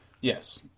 Yes